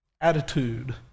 attitude